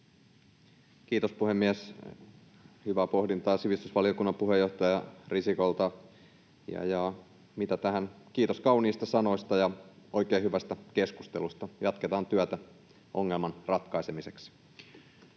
Kiitos, puhemies! Hyvää pohdintaa sivistysvaliokunnan puheenjohtaja Risikolta. Kiitos kauniista sanoista ja oikein hyvästä keskustelusta. Jatketaan työtä ongelman ratkaisemiseksi.